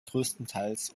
größtenteils